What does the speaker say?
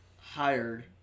hired